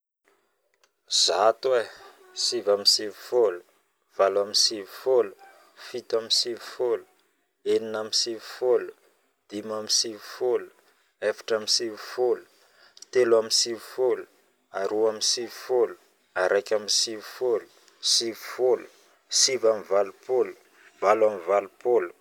Zato e, sivy amby sivifolo, valo amby sivifolo, fito amby sivifolo, enina amby sivifolo, dimy amby sivifolo, efatra amby sivifolo, telo amby sivifolo, aroa amby sivifolo, araika amby sivifolo, sivifolo, sivy amby valopolo, valo amby valopolo.